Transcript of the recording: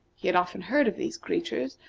he had often heard of these creatures,